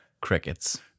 crickets